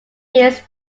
hills